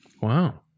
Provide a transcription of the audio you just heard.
Wow